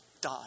die